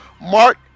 Mark